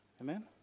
Amen